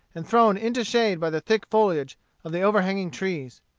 and thrown into shade by the thick foliage of the overhanging trees.